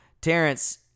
Terrence